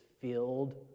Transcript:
filled